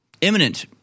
imminent